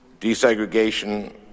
desegregation